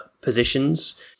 positions